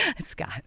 Scott